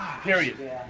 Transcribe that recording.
Period